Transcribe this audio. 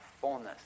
fullness